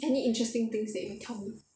any interesting thing that you wanna tell me